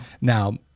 Now